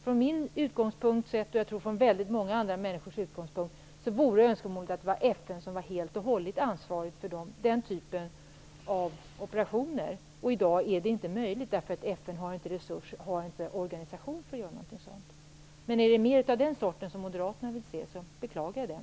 Från min utgångspunkt sett, och från väldigt många andra människors utgångspunkt, vore önskemålet att det var FN som helt och hållet var ansvarigt för den typen av operationer. Det är i dag inte möjligt, därför att FN inte har en organisation för att göra någonting sådant. Är det mer av den sortens operationer som Inger Koch vill se beklagar jag det.